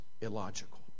illogical